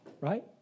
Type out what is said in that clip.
right